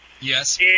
Yes